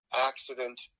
Accident